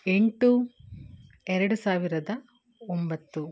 ಎಂಟು ಎರಡು ಸಾವಿರದ ಒಂಬತ್ತು